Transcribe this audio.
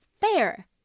fair